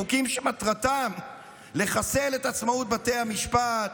חוקים שמטרתם לחסל את עצמאות בתי המשפט,